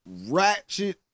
ratchet